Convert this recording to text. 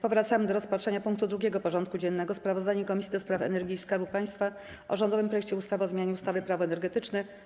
Powracamy do rozpatrzenia punktu 2. porządku dziennego: Sprawozdanie Komisji do Spraw Energii i Skarbu Państwa o rządowym projekcie ustawy o zmianie ustawy - Prawo energetyczne.